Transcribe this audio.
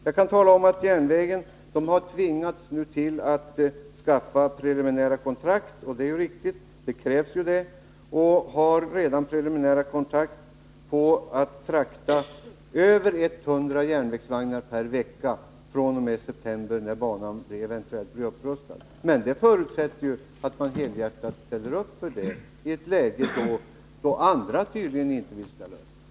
Jag kan tala om att järnvägen har tvingats skaffa preliminära kontrakt, och det är riktigt att man gjort det. Det krävs ju sådana, och man har redan preliminära kontrakt på att frakta över hundra järnvägsvagnar per vecka fr.o.m. september, när banan eventuellt blir upprustad. Men det förutsätter att man helhjärtat ställer upp i ett läge, då andra tydligen inte vill ställa upp.